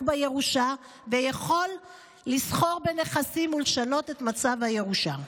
בירושה ויכול לסחור בנכסים ולשנות את מצב הירושה.